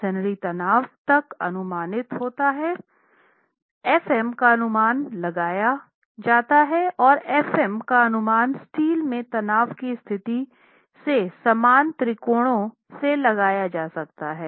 मेसनरीतनाव तब अनुमानित होता है f m का अनुमान लगाया जाता है और f m का अनुमान स्टील में तनाव की स्थिति से समान त्रिकोणों से लगाया जा सकता है